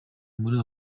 muri